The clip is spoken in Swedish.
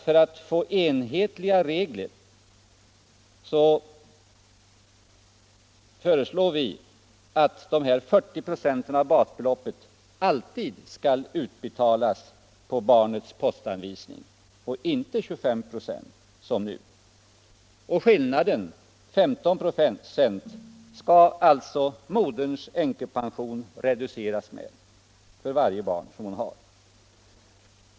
För att få enhetliga regler föreslår vi reservanter att 40 96 av basbeloppet alltid skall utbetalas på barnets postanvisning och inte 25 96 som nu. Moderns änkepension skall reduceras med skillnaden, 15 96, för varje barn som hon har.